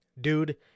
dude